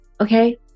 okay